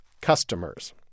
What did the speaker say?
customers